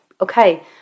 Okay